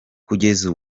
kugeza